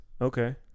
Okay